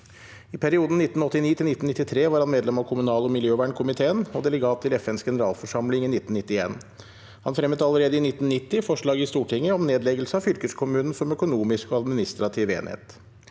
I perioden 1989–1993 var han medlem av kommunal- og miljøvernkomiteen og delegat til FNs generalforsamling i 1991. Han fremmet allerede i 1990 forslag i Stortinget om nedleggelse av fylkeskommunen som økonomisk og administrativ enhet.